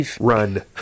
Run